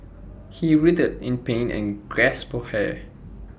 he writhed in pain and gasped hair